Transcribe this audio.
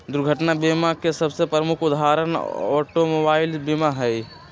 दुर्घटना बीमा के सबसे प्रमुख उदाहरण ऑटोमोबाइल बीमा हइ